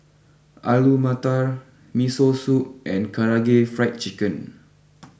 Alu Matar Miso Soup and Karaage Fried Chicken